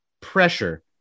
pressure